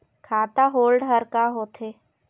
खाता होल्ड हर का होथे?